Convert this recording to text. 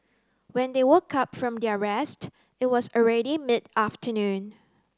when they woke up from their rest it was already mid afternoon